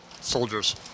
soldiers